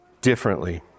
differently